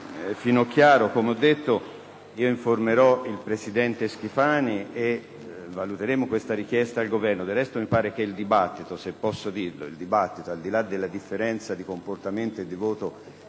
finestra"). Come ho già detto, informerò il presidente Schifani e valuteremo questa richiesta al Governo. Del resto, mi sembra che il dibattito, al di là della differenza di comportamento e di voto